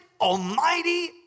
almighty